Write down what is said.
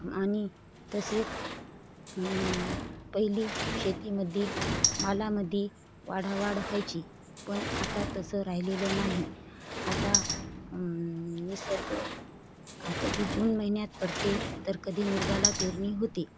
आणि तसेच पहिली शेतीमध्ये मालामध्ये वाढावाढ व्हायची पण आता तसं राहिलेलं नाही आता निसर्ग कधी जून महिन्यात पडते तर कधी मृगाला पेरणी होते